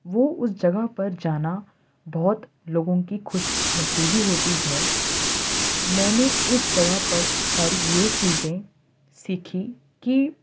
وہ اس جگہ پر جانا بہت لوگوں کی خوش نصیبی ہوتی ہے میں نے اس جگہ پر پر یہ چیزیں سیکھی کہ